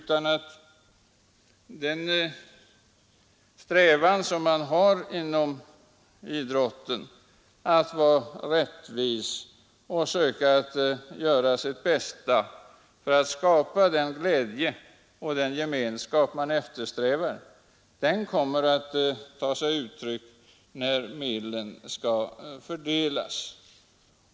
Den strävan man har inom idrotten att vara rättvis och söka göra det bästa för att skapa den glädje och den gemenskap man vill åstadkomma kommer nog att ta sig uttryck när medlen skall fördelas.